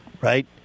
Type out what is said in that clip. right